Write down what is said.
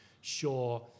sure